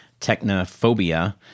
technophobia